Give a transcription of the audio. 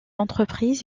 entreprise